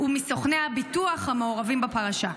ומסוכני הביטוח המעורבים בפרשה?